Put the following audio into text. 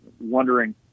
wondering